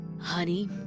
Honey